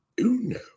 uno